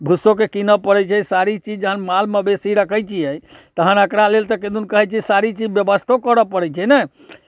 भुस्सोके कीनय पड़ै छै सारी चीज जखन माल मवेशी रखै छियै तखन एकरा लेल तऽ किदुन कहै छै सारी चीज व्यवस्थो करय पड़ै छै ने